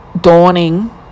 dawning